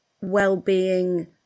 well-being